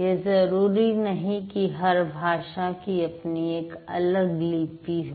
यह जरूरी नहीं कि हर भाषा की अपनी एक अलग लिपि हो